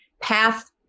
path